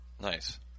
Nice